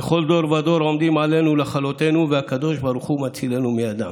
"בכל דור ודור עומדים עלינו לכלותנו והקדוש ברוך הוא מצילנו מידם".